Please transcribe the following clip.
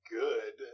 good